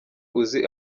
uzi